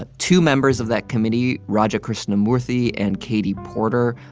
ah two members of that committee, raja krishnamoorthi and katie porter,